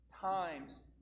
times